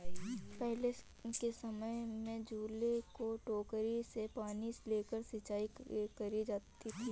पहले के समय में झूले की टोकरी से पानी लेके सिंचाई करी जाती थी